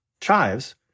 chives